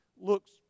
looks